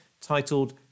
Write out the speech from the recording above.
titled